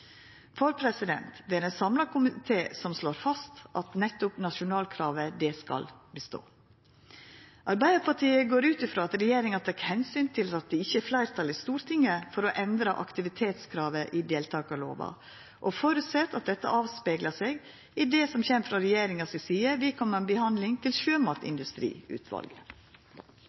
endra, for det er ein samla komité som slår fast at nettopp nasjonalkravet skal bestå. Arbeidarpartiet går ut frå at regjeringa tek omsyn til at det ikkje er fleirtal i Stortinget for å endra aktivitetskravet i deltakarlova, og føreset at dette vert spegla av i det som kjem frå regjeringa si side i samband med